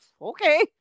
Okay